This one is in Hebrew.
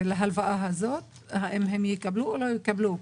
להלוואה הזאת, האם הם יקבלו או לא יקבלו?